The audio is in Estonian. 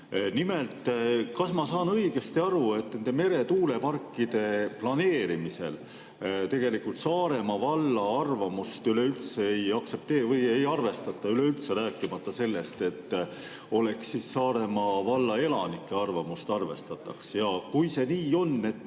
Nimelt, kas ma saan õigesti aru, et nende meretuuleparkide planeerimisel tegelikult Saaremaa valla arvamust üleüldse ei arvestata, rääkimata sellest, et Saaremaa valla elanike arvamust arvestataks? Ja kui see nii on,